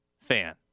fan